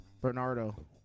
Bernardo